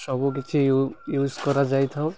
ସବୁ କିିଛି ୟୁଜ୍ କରାଯାଇଥାଉ